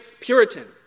Puritan